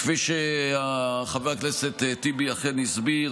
כפי שחבר הכנסת טיבי אכן הסביר,